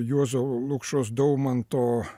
juozo lukšos daumanto